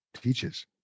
teaches